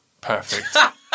Perfect